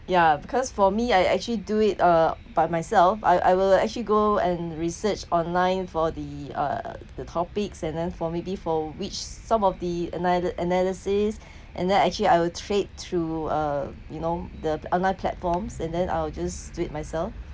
ya because for me I actually do it uh by myself I I will actually go and research online for the uh the topics and then for maybe for which some of the ana~ analysis and then actually I will trade through uh you know the online platforms and then I will just do it myself